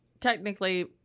technically